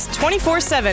24-7